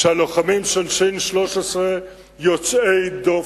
שהלוחמים של שייטת 13 יוצאי דופן.